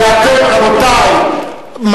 רבותי,